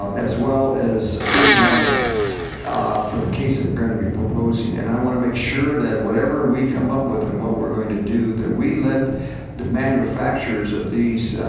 as well as economic for the case that were going to be proposing. and i want to make sure that whatever we come up with and what we're going to do, that we let the manufacturers of these,